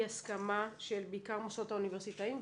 הסכמה בעיקר של המוסדות האוניברסיטאות,